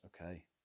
Okay